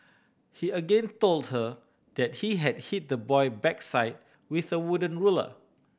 he again told her that he had hit the boy backside with a wooden ruler